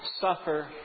suffer